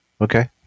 okay